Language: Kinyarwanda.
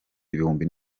ibihumbi